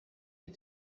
des